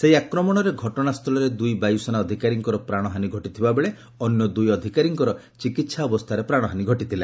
ସେହି ଆକ୍ରମଣରେ ଘଟଣାସ୍ଥଳରେ ଦୁଇ ବାୟୁସେନା ଅଧିକାରୀଙ୍କର ପ୍ରାଣହାନୀ ଘଟିଥିବା ବେଳେ ଅନ୍ୟ ଦୁଇ ଅଧିକାରୀଙ୍କର ଚିକିତ୍ସା ଅବସ୍ଥାରେ ପ୍ରାଣହାନୀ ଘଟିଥିଲା